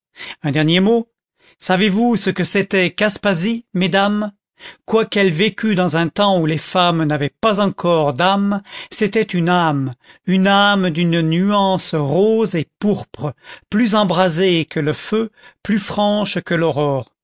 un dernier mot savez-vous ce que c'était qu'aspasie mesdames quoiqu'elle vécût dans un temps où les femmes n'avaient pas encore d'âme c'était une âme une âme d'une nuance rose et pourpre plus embrasée que le feu plus franche que l'aurore